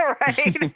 right